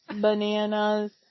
bananas